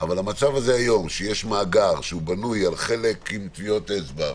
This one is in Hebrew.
אבל המצב היום שיש מאגר שבנוי על חלק טביעות אצבע,